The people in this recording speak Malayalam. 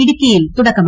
ഇടുക്കിയിൽ തുടക്കം